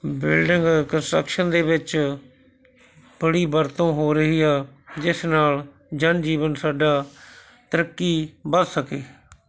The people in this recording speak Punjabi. ਬਿਲਡਿੰਗ ਕੰਨਸਟ੍ਰੱਕਸ਼ਨ ਦੇ ਵਿੱਚ ਬੜੀ ਵਰਤੋਂ ਹੋ ਰਹੀ ਆ ਜਿਸ ਨਾਲ਼ ਜਨ ਜੀਵਨ ਸਾਡਾ ਤਰੱਕੀ ਵੱਧ ਸਕੇ